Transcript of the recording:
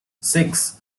six